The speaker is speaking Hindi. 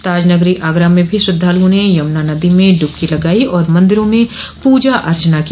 ताजनगरी आगरा म भी श्रद्धालुओं ने यमुना नदी में ड्रबकी लगाई और मंदिरों में पूजा अर्चना की